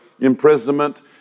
imprisonment